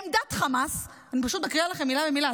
עמדת חמאס" אני פשוט מקריאה לכם מילה במילה,